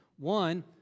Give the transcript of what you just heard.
One